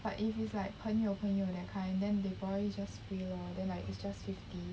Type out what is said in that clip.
but if it's like 朋友朋友 that kind then they probably just free lor then like it's just fifty